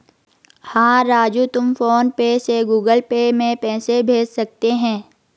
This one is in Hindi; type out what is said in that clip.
हां राजू तुम फ़ोन पे से गुगल पे में पैसे भेज सकते हैं